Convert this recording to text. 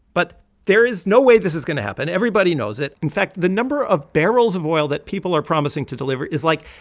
but there is no way this is going to happen. everybody knows it. in fact, the number of barrels of oil that people are promising to deliver is, like,